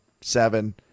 seven